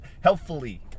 healthfully